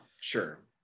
Sure